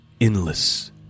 Endless